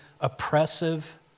oppressive